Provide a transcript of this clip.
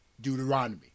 Deuteronomy